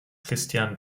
christian